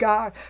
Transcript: God